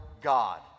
god